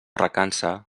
recança